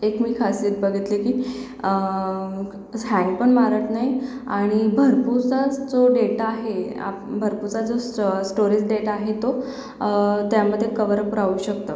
एक मी खासियत बघीतली की स हँगपण मारत नाही आणि भरपूरसा जो डेटा आहे आप भरपूरसा जो स स्टोरेज डेटा आहे तो त्यामध्ये कव्हर अप राहू शकतं